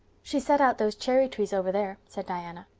she set out those cherry trees over there, said diana.